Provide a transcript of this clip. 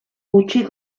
gutxi